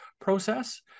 process